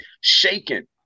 shaken